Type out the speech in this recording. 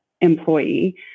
employee